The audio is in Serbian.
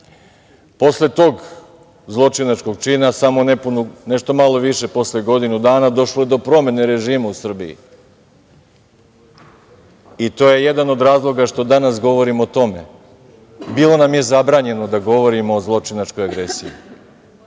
uradi. Posle tog zločinačkog čina, samo nešto malo više posle godinu dana došlo je do promene režima u Srbiji i to je jedan od razloga što danas govorimo o tome. Bilo nam je zabranjeno da govorimo o zločinačkoj agresiji.